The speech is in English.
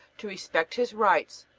to respect his rights,